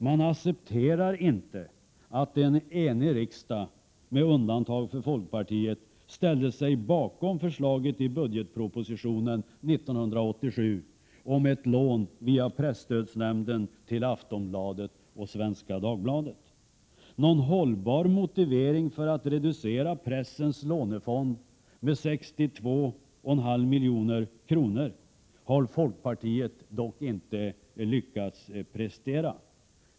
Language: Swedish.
Man accepterar inte att en enig riksdag, med undantag av folkpartiet, ställde sig bakom förslaget i budgetpropositionen 1987 om ett lån via presstödsnämnden till Aftonbladet och Svenska Dagbladet. Någon hållbar motivering för att reducera pressens lånefond med 62,5 milj.kr. har folkpartiet dock inte lyckats prestera.